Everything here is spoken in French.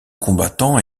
combattants